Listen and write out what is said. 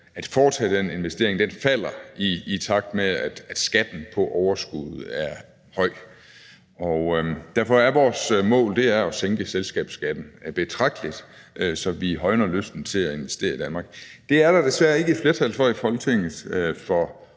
at foretage den investering falder, i takt med at skatten på overskuddet er høj. Og derfor er vores mål at sænke selskabsskatten betragteligt, så vi højner lysten til at investere i Danmark. Det er der desværre ikke et flertal for i Folketinget for